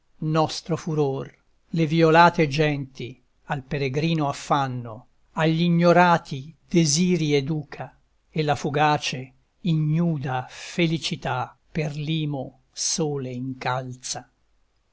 nostro furor le violate genti al peregrino affanno agl'ignorati desiri educa e la fugace ignuda felicità per l'imo sole incalza